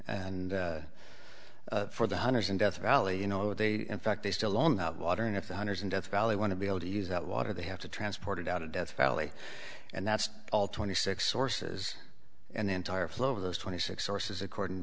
and for the hunters in death valley you know they in fact they still on the water and if the hunters in death valley want to be able to use that water they have to transported out of death valley and that's all twenty six sources and the entire flow of those twenty six horses according